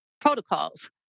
protocols